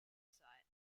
site